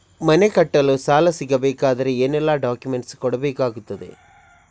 ಮನೆ ಕಟ್ಟಲು ಸಾಲ ಸಿಗಬೇಕಾದರೆ ಏನೆಲ್ಲಾ ಡಾಕ್ಯುಮೆಂಟ್ಸ್ ಕೊಡಬೇಕಾಗುತ್ತದೆ?